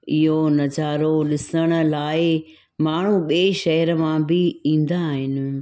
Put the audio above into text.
इहो नज़ारो ॾिसण लाइ माण्हू बिए शहर मां बि ईंदा आहिनि